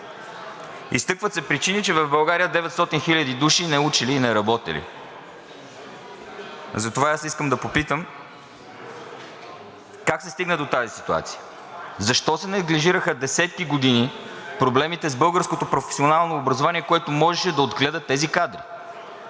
Изтъкват се причини, че в България 900 хиляди души не учили и не работели. Затова, аз искам да попитам как се стигна до тази ситуация? Защо се неглижираха десетки години проблемите с българското професионално образование, което можеше да отгледа тези кадри?